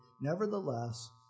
Nevertheless